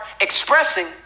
expressing